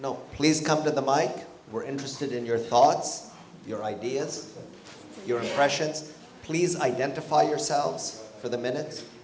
know please come to the mike we're interested in your thoughts your ideas your impressions please identify yourselves for the minute